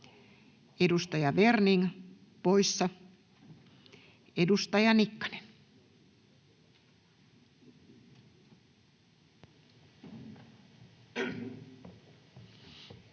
Edustaja Werning, poissa. — Edustaja Nikkanen.